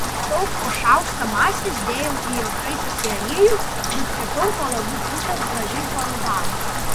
maždaug po šaukštą masės dėjau į įkaitusį aliejų ir kepiau kol abi pusės gražiai parudavo